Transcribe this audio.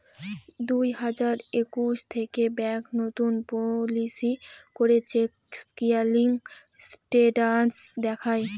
দুই হাজার একুশ থেকে ব্যাঙ্ক নতুন পলিসি করে চেক ক্লিয়ারিং স্টেটাস দেখায়